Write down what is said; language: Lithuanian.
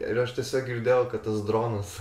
ir aš tiesiog girdėjau kad tas dronas